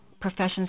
professions